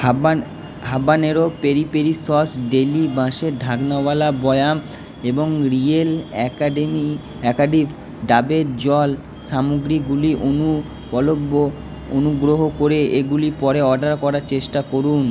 হাব্বান habanero peri peri sauce deli বাঁশের ঢাকনাওয়ালা বয়াম এবং রিয়েল অ্যাকাডেমি অ্যাক্টিভ ডাবের জল সামগ্রীগুলি অনুপলব্ধ অনুগ্রহ করে এগুলি পরে অর্ডার করার চেষ্টা করুন